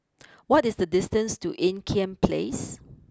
what is the distance to Ean Kiam place